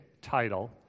title